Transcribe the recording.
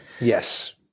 yes